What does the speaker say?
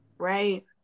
right